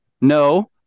No